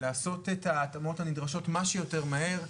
לעשות את ההתאמות הנדרשות כמה שיותר מהר,